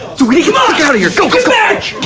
we come on account of your focus back